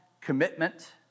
commitment